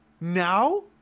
Now